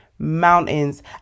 mountains